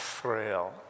Israel